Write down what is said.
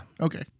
Okay